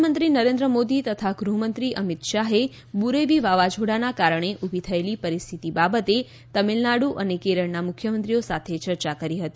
પ્રધાનમંત્રી નરેન્દ્ર મોદી તથા ગૃહમંત્રી અમિત શાહે બુરેવી વાવાઝોડાના કારણે ઊભી થયેલી પરિસ્થિતિ બાબતે તમિલનાડુ અને કેરળના મુખ્યમંત્રીઓ સાથે ચર્ચા કરી હતી